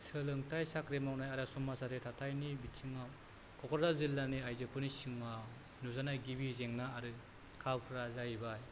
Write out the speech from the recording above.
सोलोंथाय साख्रि मावनाय आरो समाजारि थाथायनि बिथिंआव क'क्राझार जिल्लानि आइजोफोरनि सिगाङाव नुजानाय गिबि जेंना आरो खाबुफोरा जाहैबाय